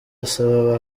asaba